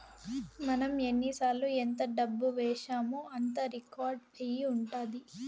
మనం ఎన్నిసార్లు ఎంత డబ్బు వేశామో అంతా రికార్డ్ అయి ఉంటది